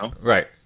right